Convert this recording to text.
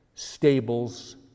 stables